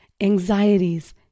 anxieties